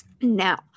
Now